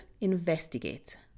investigate